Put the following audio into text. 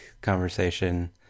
conversation